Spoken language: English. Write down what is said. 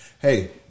Hey